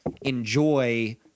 enjoy